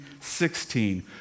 16